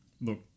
look